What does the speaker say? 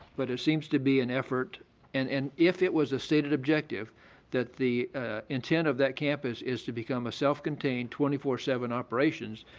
but it seems to be an effort and and if it was a stated objective that the intent of that campus is to become a self-contained twenty four seven operation,